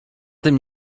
tym